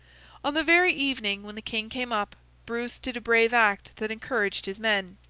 on the very evening, when the king came up, bruce did a brave act that encouraged his men.